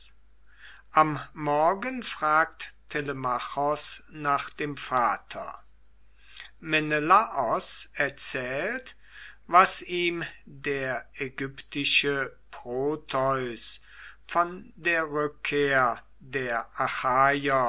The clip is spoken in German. am morgen fragt telemachos nach dem vater menelaos erzählt was ihm der ägyptische proteus von der rückkehr der